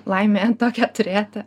laimė tokią turėti